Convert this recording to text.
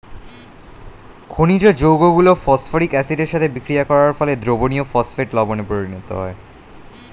খনিজ যৌগগুলো ফসফরিক অ্যাসিডের সাথে বিক্রিয়া করার ফলে দ্রবণীয় ফসফেট লবণে পরিণত হয়